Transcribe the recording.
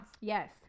Yes